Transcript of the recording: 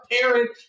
parent